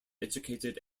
educated